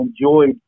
enjoyed